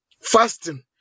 Fasting